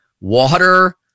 water